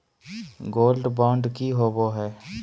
Gold bond की होबो है?